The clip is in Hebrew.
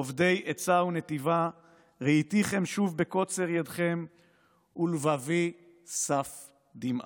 אובדי עצה ונתיבה / ראיתיכם שוב בקצר ידכם ולבבי סף דמעה".